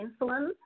insulin